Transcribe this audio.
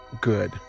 good